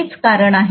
हेच कारण आहे